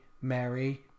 Mary